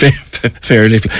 fairly